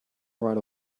right